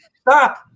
stop